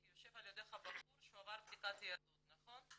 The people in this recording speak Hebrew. כי יושב על ידך בחור שעבר בדיקת יהדות, נכון?